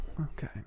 okay